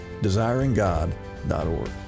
DesiringGod.org